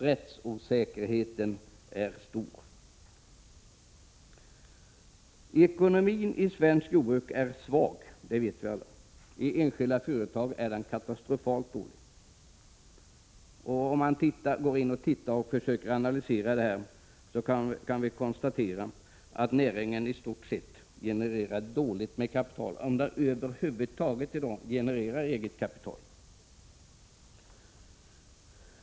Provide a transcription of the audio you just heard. Rättsosäkerheten är stor. Alla vet vi att ekonomin i svenskt jordbruk är svag. I enskilda företag är den katastrofalt dålig. Vid en analys av förhållandena kan man konstatera att näringen i stort sett genererar dåligt med eget kapital, om den över huvud taget genererar något.